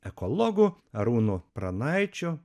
ekologu arūnu pranaičiu